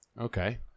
Okay